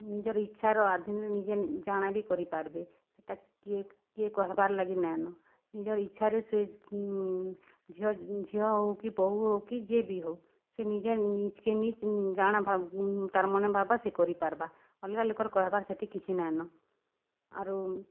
ନିଜର୍ ଇଚ୍ଛାର ଆଧୁନିରେ ନିଜେ ଜାଣ ବି କରିପାର୍ବେ ସେଟା କିଏ କିଏ କହେବାର୍ ଲାଗି ନାଇଁନ ନିଜର୍ ଇଚ୍ଛାରେ ସେ ଝିଅ ଝିଅ ହଉ କି ବହୁ ହଉ କି ଯିଏ ବି ହଉ ସେ ନିଜେ ନିଜକେ ନିଜ୍ ଜାଣା ତାର୍ ମନେ ଭାବ୍ବା ସେ କରିପାର୍ବା ଅଲ୍ଗା ଲୋକର୍ କହେବାର୍ ସେଥି କିଛି ନାଇଁନ ଆରୁ